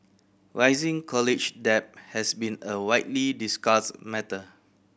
rising college debt has been a widely discussed matter